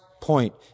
point